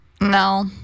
No